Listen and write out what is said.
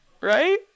right